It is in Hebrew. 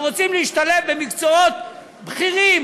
שרוצים להשתלב במקצועות בכירים,